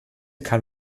kann